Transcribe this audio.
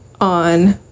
on